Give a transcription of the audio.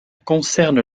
concerne